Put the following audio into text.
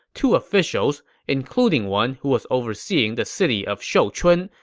two officials, including one who was overseeing the city of shouchun,